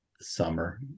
summer